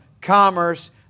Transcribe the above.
commerce